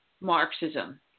Marxism